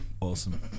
Awesome